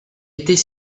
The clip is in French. était